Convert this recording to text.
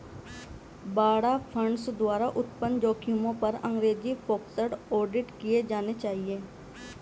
बाड़ा फंड्स द्वारा उत्पन्न जोखिमों पर अंग्रेजी फोकस्ड ऑडिट किए जाने चाहिए